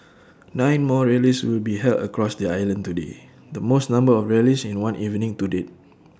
nine more rallies will be held across the island today the most number of rallies in one evening to date